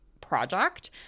project